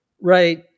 right